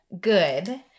good